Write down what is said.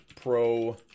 Pro